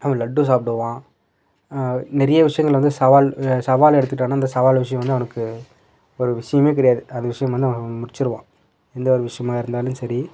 அவன் லட்டு சாப்பிடுவான் நிறைய விஷயங்கள வந்து சவால் சவாலை எடுத்துகிட்டான்னா அந்த சவால் விஷயம் வந்து அவனுக்கு ஒரு விஷயமே கிடையாது அது விஷயம் வந்து அவன் முடிச்சுருவான் எந்த ஒரு விஷயமா இருந்தாலும் சரி